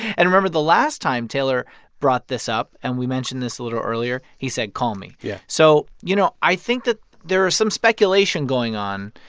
and remember the last time taylor brought this up and we mentioned this a little earlier he said call me. yeah so, you know, i think that there is some speculation going on.